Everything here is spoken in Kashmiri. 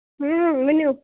اۭں ؤنِو